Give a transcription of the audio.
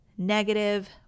negative